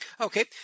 Okay